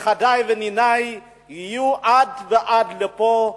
שנכדי וניני יהיו לעד פה,